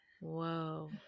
Whoa